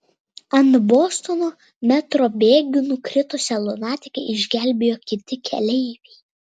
ant bostono metro bėgių nukritusią lunatikę išgelbėjo kiti keleiviai